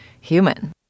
human